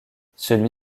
celui